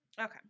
okay